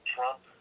Trump